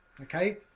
Okay